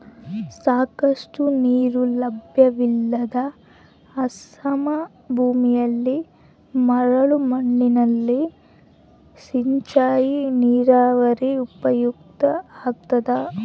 ಸಾಕಷ್ಟು ನೀರು ಲಭ್ಯವಿಲ್ಲದ ಅಸಮ ಭೂಮಿಯಲ್ಲಿ ಮರಳು ಮಣ್ಣಿನಲ್ಲಿ ಸಿಂಚಾಯಿ ನೀರಾವರಿ ಉಪಯುಕ್ತ ಆಗ್ತದ